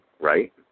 right